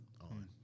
on